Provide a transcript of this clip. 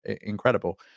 incredible